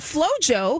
Flojo